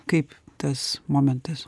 kaip tas momentas